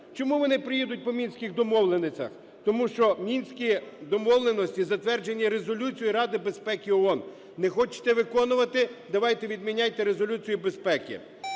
Чому вони приїдуть по Мінських домовленостях? Тому що Мінські домовленості затвердженні Резолюцією Ради безпеки ООН. Не хочете виконувати - давайте відміняйте Резолюцію безпеки.